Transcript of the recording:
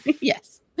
Yes